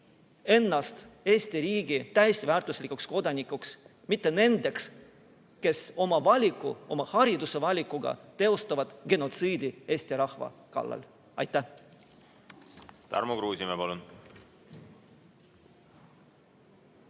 ennast Eesti riigi täisväärtuslikeks kodanikeks, mitte nendeks, kes oma haridusevalikuga teostavad genotsiidi eesti rahva kallal. Aitäh! Tarmo Kruusimäe, palun!